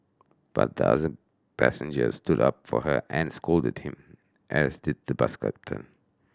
but the other passengers stood up for her and scolded him as did the bus captain